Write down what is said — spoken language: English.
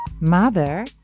Mother